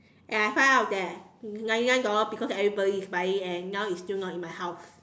and I find out that ninety nine dollars because everybody is buying and now it's still not in my house